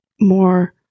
more